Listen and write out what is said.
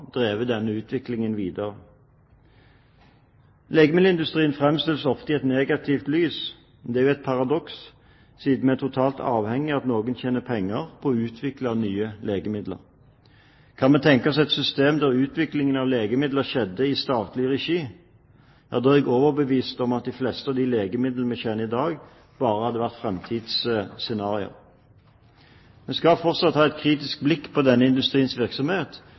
drevet denne utviklingen videre. Legemiddelindustrien framstilles ofte i et negativt lys. Det er et paradoks, siden vi er totalt avhengig av at noen tjener penger på å utvikle nye legemidler. Kan vi tenke oss et system der utviklingen av legemidler skjedde i statlig regi? Da er jeg overbevist om at de fleste av de legemidlene vi kjenner i dag, bare hadde vært framtidsscenarioer. Vi skal fortsatt ha et kritisk blikk på denne industriens virksomhet,